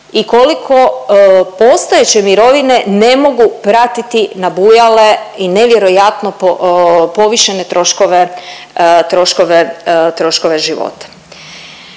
i koliko postojeće mirovine ne mogu pratiti nabujale i nevjerojatno povišene troškove,